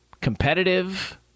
Competitive